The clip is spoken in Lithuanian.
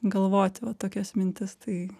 galvoti va tokias mintis tai